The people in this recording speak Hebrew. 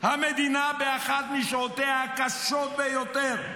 המדינה באחת משעותיה הקשות ביותר,